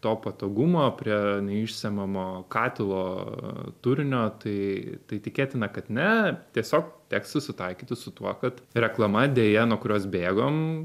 to patogumo prie neišsemiamo katilo turinio tai tai tikėtina kad ne tiesiog teks susitaikyti su tuo kad reklama deja nuo kurios bėgam